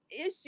issue